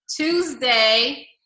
Tuesday